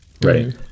Right